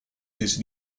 his